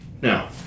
Now